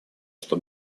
что